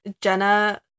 Jenna